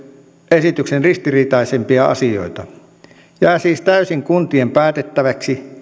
esityksen ristiriitaisimpia asioita jää siis täysin kuntien päätettäväksi